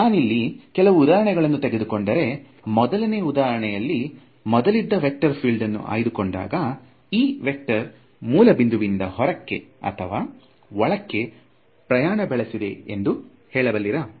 ನಾನಿಲ್ಲಿ ಕೆಲವು ಉದಾಹರಣೆಗಳನ್ನು ತೆಗೂಡುಕೊಂಡರೆ ಮೊದಲನೆಯ ಉದಾಹರಣೆಯಲಿ ಮೊದಲಿದ್ದ ವೇಕ್ಟರ್ ಫೀಲ್ಡ್ ಅನ್ನು ಆಯ್ದುಕೊಂಡಗ ಈ ವೇಕ್ಟರ್ ಫೀಲ್ಡ್ ಮೂಲ ಬಿಂದುವಿನಿಂದ ಹೊರಕ್ಕೆ ಅಥವಾ ಒಳಗಡಗೆ ಪ್ರಯಾಣ ಬಯಸಿದೆ ಎಂದು ಹೇಳಬಲ್ಲಿರಾ